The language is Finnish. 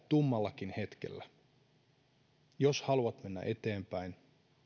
tummallakin hetkellä siihen että jos haluat mennä eteenpäin